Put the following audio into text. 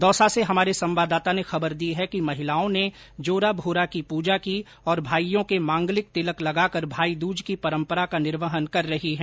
दौसा से हमारे संवाददाता ने खबर दी है कि महिलाओं ने जोरा भोरा की पूजा की और भाईयों के मांगलिक तिलक लगाकर भाईदूज की परम्परा का निर्वहन कर रही है